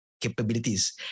capabilities